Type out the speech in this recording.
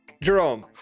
Jerome